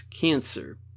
Cancer